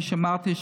כפי שאמרתי,